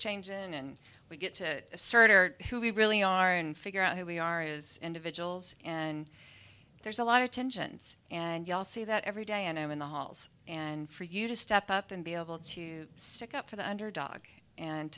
changing and we get to sort of be really are and figure out who we are as individuals and there's a lot of tensions and you all see that every day and in the halls and for you to step up and be able to stick up for the underdog and